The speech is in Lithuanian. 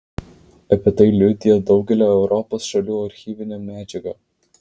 apie tai liudija daugelio europos šalių archyvinė medžiaga